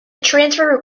transfer